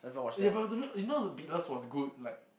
you know the Beatless was good like